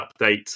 update